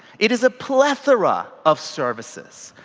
it is a plethora of services.